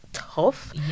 tough